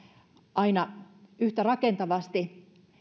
aina yhtä rakentavasti